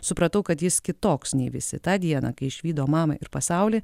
supratau kad jis kitoks nei visi tą dieną kai išvydo mamą ir pasaulį